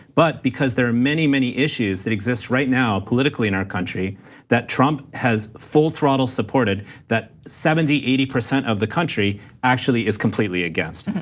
but because there are many, many issues that exist right now politically in our country that trump has full throttle supported that seventy to eighty percent of the country actually is completely against.